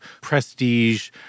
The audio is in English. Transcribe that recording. prestige